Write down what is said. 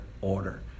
order